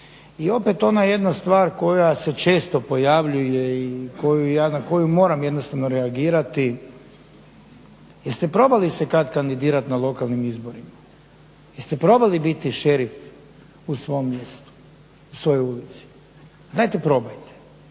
I opet ona jedna stvar koja se često pojavljuje i na koju ja jednostavno reagirati, jeste se probali kada kandidirati na lokalnim izborima? Jeste probali biti šerif u svom mjestu u svojoj ulici? Dajte probajte.